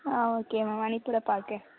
ஆ okay ma'am அனுப்பிவிடப் பாக்கேன்